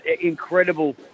incredible